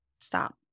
Stop